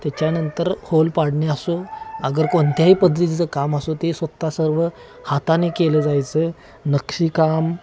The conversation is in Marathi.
त्याच्यानंतर होल पाडणे असो अगर कोणत्याही पद्धतीचं काम असो ते स्वतः सर्व हाताने केलं जायचं नक्षीकाम